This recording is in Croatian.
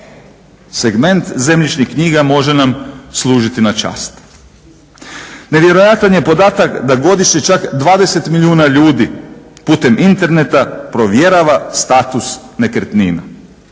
Segment zemljišnih knjiga može nam služiti na čast. Nevjerojatan je podatak da godišnje čak 20 milijuna ljudi putem interneta provjerava status nekretnina.